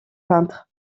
peintre